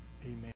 Amen